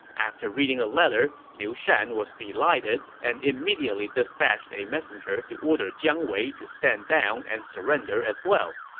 after reading the letter, liu shan was delighted and immediately dispatched a messenger to order jiang wei to stand down and surrender as well.